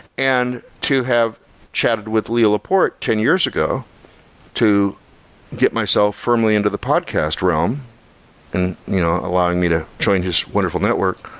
and to have chatted with leo laporte ten years ago to get myself firmly into the podcast realm and allowing me to join his wonderful network,